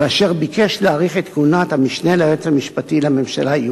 ואשר ביקש להאריך את כהונת המשנה ליועץ המשפטי לממשלה,